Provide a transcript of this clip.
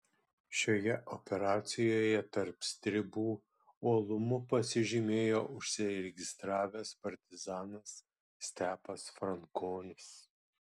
šioje operacijoje tarp stribų uolumu pasižymėjo užsiregistravęs partizanas stepas frankonis